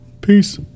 Peace